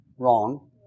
Wrong